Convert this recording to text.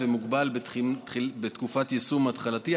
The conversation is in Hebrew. ומוגבל לתקופת יישום התחלתית,